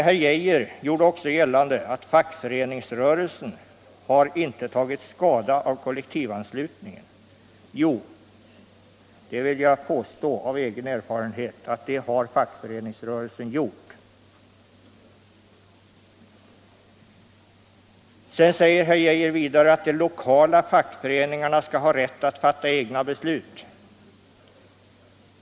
Herr Arne Geijer gjorde också gällande att fackföreningsrörelsen inte har tagit skada av kollektivanslutningen. Jo, det vill jag påstå av egen erfarenhet att det har fackföreningsrörelsen gjort. Vidare säger herr Geijer att de lokala fackföreningarna skall ha rätt att fatta egna beslut.